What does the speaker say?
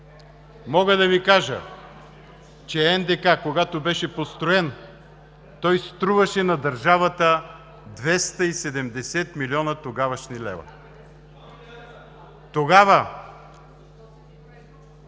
Мога да Ви кажа, че НДК, когато беше построен, той струваше на държавата 270 милиона тогавашни лева. (Реплики